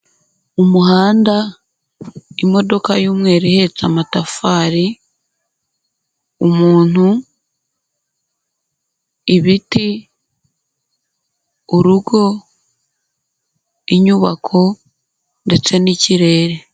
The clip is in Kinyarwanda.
Umuhanda, imodoka y'umweru ihetse amatafari, umuntu, ibiti, urugo, inyubako ndetse n'ikirere.